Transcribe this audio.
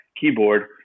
keyboard